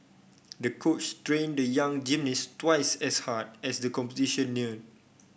the coach trained the young gymnast twice as hard as the competition neared